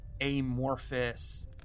amorphous